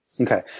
Okay